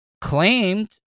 claimed